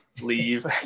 leave